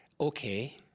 Okay